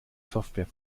software